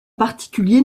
particulier